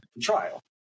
trial